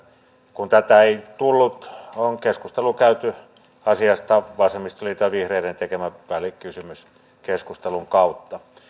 kun tätä ei tullut on keskustelu käyty asiasta vasemmistoliiton ja vihreiden tekemän välikysymyskeskustelun kautta